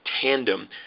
tandem